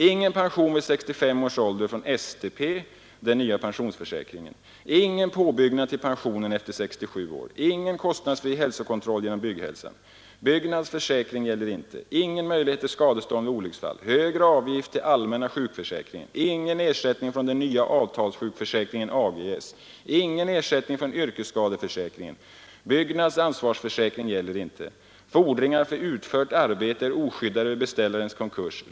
Ingen pension vid 65 års ålder från STP — den nya pensionsförsäkringen. Ingen påbyggnad till pensionen efter 67 år. Ingen kostnadsfri hälsokontroll genom Bygghälsan. Byggnads försäkring gäller inte. Ingen möjlighet till skadestånd vid olycksfall. Högre avgift till allmänna sjukförsäkringen. Ingen ersättning från den nya avtalssjukförsäkringen AGS. Ingen ersättning från yrkesskadeförsäkringen. Byggnads ansvarsförsäkring gäller inte. Fordringar för utfört arbete är oskyddade vid beställarens konkurs.